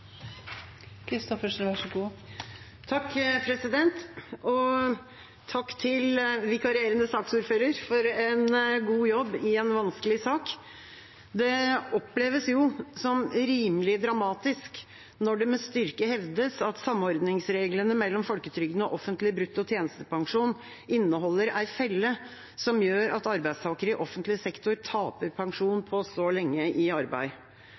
Takk til vikarierende saksordfører for en god jobb i en vanskelig sak. Det oppleves som rimelig dramatisk når det med styrke hevdes at samordningsreglene mellom folketrygden og offentlig brutto tjenestepensjon inneholder en felle som gjør at arbeidstakere i offentlig sektor taper pensjon på å stå lenge i arbeid.